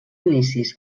inicis